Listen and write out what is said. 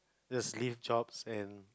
just leave jobs and